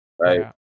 right